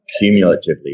cumulatively